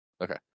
Okay